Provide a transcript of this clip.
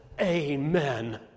Amen